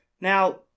now